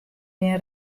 gjin